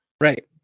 right